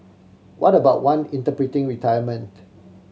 what about one interpreting retirement